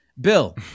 Bill